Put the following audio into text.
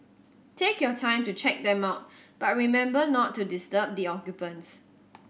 take your time to check them out but remember not to disturb the occupants